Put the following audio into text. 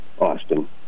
Austin